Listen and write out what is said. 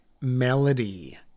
melody